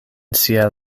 sia